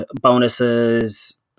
bonuses